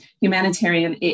humanitarian